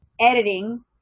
editing